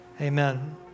Amen